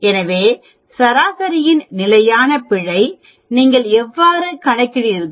எனவே சராசரியின் நிலையான பிழை நீங்கள் எவ்வாறு கணக்கிடுகிறார்கள்